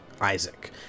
Isaac